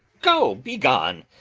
go, be gone,